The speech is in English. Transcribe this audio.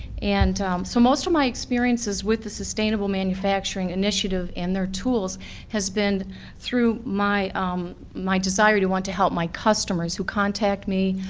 and so most of my experiences with the sustainable manufacturing initiative and their tools has been through my um my desire to want to help my customers who contact me,